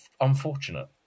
unfortunate